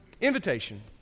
invitation